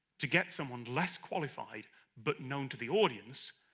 to get someone less qualified but known to the audience?